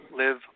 live